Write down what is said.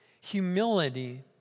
Humility